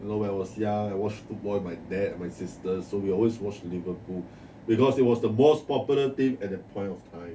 when I was young I watch football with my dad and my sister so we always watch liverpool because it was the most popular team at that point of time